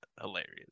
hilarious